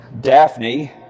Daphne